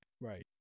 Right